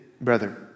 brother